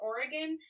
Oregon